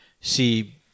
see